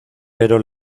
pero